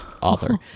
author